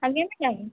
ଆଜ୍ଞା କିଛି ନାହିଁ